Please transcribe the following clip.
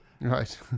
right